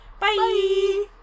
Bye